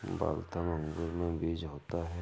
Waltham अंगूर में बीज होता है